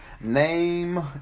Name